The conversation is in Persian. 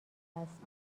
است